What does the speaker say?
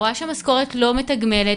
רואה שהמשכורת לא מתגמלת,